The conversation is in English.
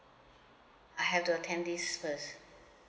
I have to attend this first